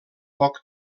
poc